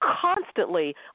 constantly